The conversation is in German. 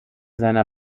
seiner